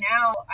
now